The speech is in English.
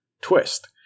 twist